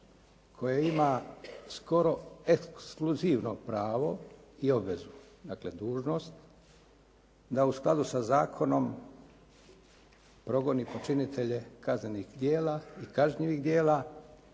koje ima skoro ekskluzivno pravo i obvezu. Dakle, dužnost da u skladu sa zakonom progoni počinitelje kaznenih djela i kažnjivih djela